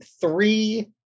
three